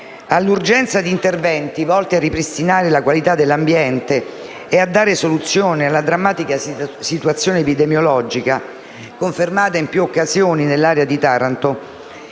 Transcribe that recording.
All'urgenza di interventi volti a ripristinare la qualità dell'ambiente e a dare soluzione alla drammatica situazione epidemiologica confermata in più occasioni nell'area di Taranto,